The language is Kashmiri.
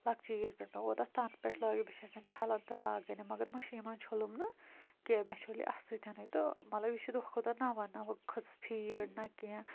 لَکچہٕ عیٖز پٮ۪ٹھٚ مےٚ ووت اَتھ تَن پٮ۪ٹھ لٲگِتھ بہٕ چھس یہِ چھلَان تہٕ لاگان یہِ مگر مٕشیٖن منٛز چھوٚلُم نہ کینٛہ مےٚ چھوٚل یہِ اَتھ سۭٮ۪نٕے تہٕ مطلب یہِ چھِ دۄہ کھۄتہٕ دۄہ نَوان نہٕ کھژٕس فیٖڈ نہ کینٛہہ